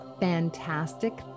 fantastic